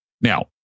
now